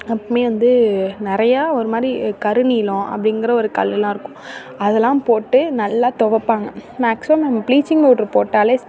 எப்போவுமே வந்து நிறையா ஒருமாதிரி கருநீலம் அப்படிங்குற ஒரு கல்லெலாம் இருக்கும் அதெலாம் போட்டு நல்லா தொவைப்பாங்க மேக்ஸிமம் நம்ம ப்ளீச்சிங் பவுட்ரு போட்டாலே